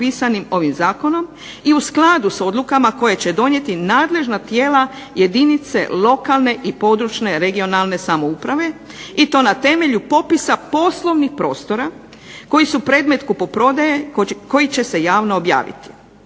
i u skladu s odlukama koje će donijeti nadležna tijela jedinice lokalne i područne (regionalne) samouprave i to na temelju popisa poslovnih prostora koji su predmet kupoprodaje koji će se javno objaviti,